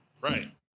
right